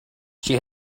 she